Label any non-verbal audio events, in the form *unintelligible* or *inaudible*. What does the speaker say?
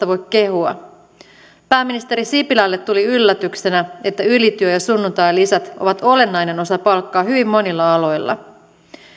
*unintelligible* voi kehua pääministeri sipilälle tuli yllätyksenä että ylityö ja sunnuntailisät ovat olennainen osa palkkaa hyvin monilla aloilla